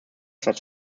such